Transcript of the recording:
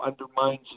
undermines